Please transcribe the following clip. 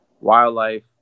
wildlife